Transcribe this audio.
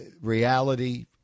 reality